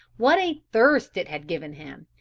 what a thirst it had given him,